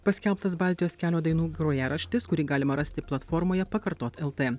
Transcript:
paskelbtas baltijos kelio dainų grojaraštis kurį galima rasti platformoje pakartot lt